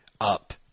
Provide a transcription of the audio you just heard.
up